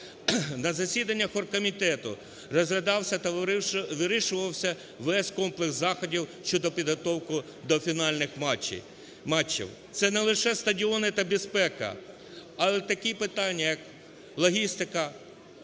На засіданнях Оргкомітету розглядався та вирішувався весь комплекс заходів щодо підготовки до фінальних матчів, це не лише стадіони та безпека, але такі питання як логістика,